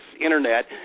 Internet